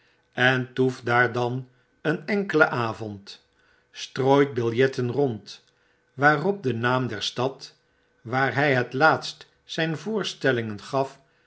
en toeft daar dan een enkelen avond strooit biljetten rond waarop de naam der stad waar hy het laatst zyn voorstellingen gaf